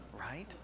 Right